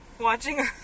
watching